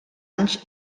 anys